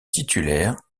titulaire